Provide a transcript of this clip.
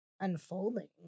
unfolding